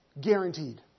guaranteed